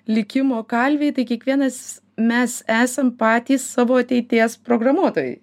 likimo kalviai tai kiekvienas mes esam patys savo ateities programuotojai